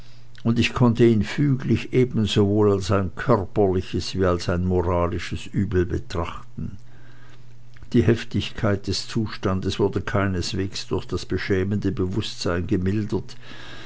und ich konnte ihn füglich ebensowohl als ein körperliches wie als ein moralisches übel betrachten die heftigkeit des zustandes wurde keineswegs durch das beschämende bewußtsein gemildert